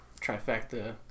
trifecta